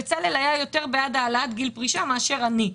בצלאל היה יותר בעד העלאת גיל פרישה מאשר אני,